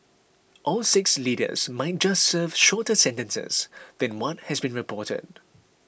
all six leaders might just serve shorter sentences than what has been reported